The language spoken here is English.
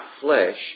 flesh